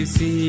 See